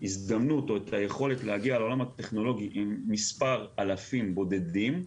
ההזדמנות או את היכולת להגיע לעולם הטכנולוגי עם מספר אלפים בודדים,